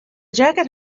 jacket